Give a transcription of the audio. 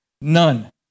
None